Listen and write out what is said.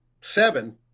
seven